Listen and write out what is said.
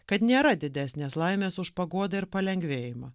kad nėra didesnės laimės už paguodą ir palengvėjimą